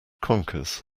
conkers